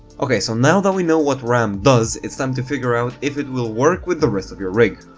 ok, so now that we know what ram does, it's time to figure out if it will work with the rest of your rig.